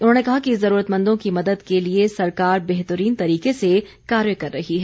उन्होंने कहा कि जुरूरतमंदों की मदद के लिए सरकार बेहतरीन तरीके से कार्य कर रही है